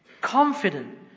confident